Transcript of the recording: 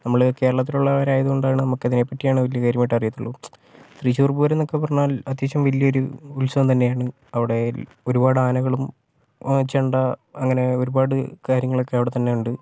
നമ്മള് കേരളത്തിലുള്ളവരായതു കൊണ്ടാണ് നമുക്കതിനെപ്പറ്റിയാണ് വലിയ കാര്യമായിട്ടറിയത്തുള്ളൂ തൃശ്ശൂർ പൂരോന്നൊക്കെപ്പറഞ്ഞാൽ അത്യാവശ്യം വലിയൊരു ഉത്സവം തന്നെയാണ് അവിടേ ഒരുപാടാനകളും ചെണ്ട അങ്ങനെ ഒരുപാട് കാര്യങ്ങളൊക്കെ അവിടെത്തന്നെയുണ്ട്